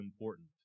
important